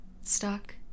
stuck